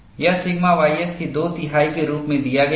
यह sigma ys के दो तिहाई के रूप में दिया गया है